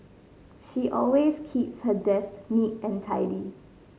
she always keeps her desk neat and tidy